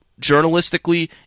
journalistically